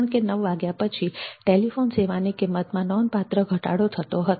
કારણ કે નવ વાગ્યા પછી ટેલિફોન સેવાની કિંમતમાં નોંધપાત્ર ઘટાડો થતો હતો